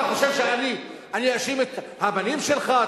אתה חושב שאני אאשים את הבנים שלך,